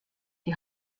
die